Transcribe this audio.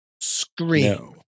Scream